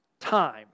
Time